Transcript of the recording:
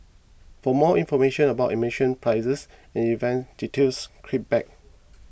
for more information about admission prices and event details click back